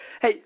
Hey